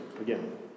again